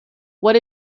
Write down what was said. what